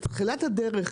בתחילת הדרך,